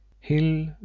Hill